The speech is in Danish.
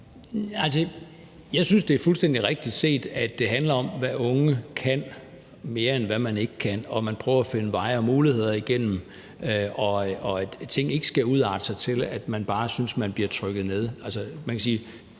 Jeg synes, det er fuldstændig rigtigt set, at det handler om, hvad unge kan, mere end hvad de ikke kan, og at man prøver at finde muligheder og veje igennem, og at tingene ikke skal udarte sig til, at man bare synes, at man bliver trykket ned.